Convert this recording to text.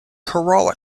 kerala